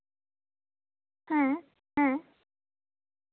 ᱦᱮᱸ ᱦᱮᱸ